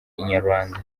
inyarwanda